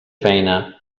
feina